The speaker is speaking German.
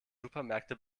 supermärkte